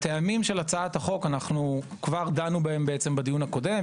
הטעמים של הצעת החוק דנו בהם בדיון הקודם,